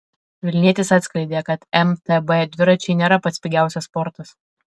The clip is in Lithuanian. vilnietis atskleidė kad mtb dviračiai nėra pats pigiausias sportas